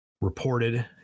reported